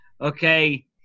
okay